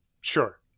Sure